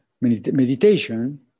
meditation